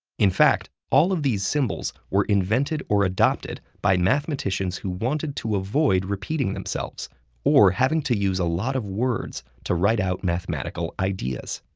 in fact, all of these symbols were invented or adopted by mathematicians who wanted to avoid repeating themselves or having to use a lot of words to write out mathematical ideas.